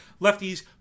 lefties